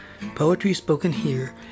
PoetrySpokenHere